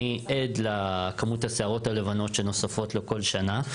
אני עד לכמות השערות הלבנות שנוספות לו בכל שנה,